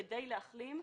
כדי להחלים,